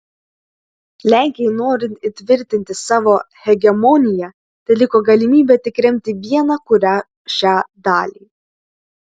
lenkijai norint įtvirtinti savo hegemoniją teliko galimybė tik remti vieną kurią šią dalį